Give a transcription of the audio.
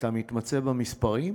אתה מתמצא במספרים?